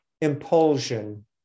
impulsion